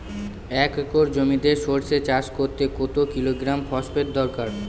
এক একর জমিতে সরষে চাষ করতে কত কিলোগ্রাম ফসফেট দরকার?